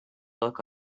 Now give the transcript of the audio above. look